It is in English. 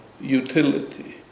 utility